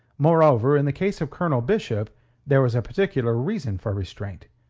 moreover, in the case of colonel bishop there was a particular reason for restraint.